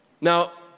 Now